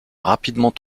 rapidement